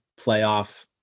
playoff